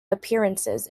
appearances